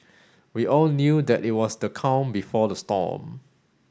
we all knew that it was the calm before the storm